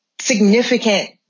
significant